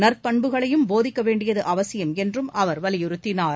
நற்பண்புகளையும் போதிக்கவேண்டியதுஅவசியம் என்றும் அவர் வலியுறுத்தினார்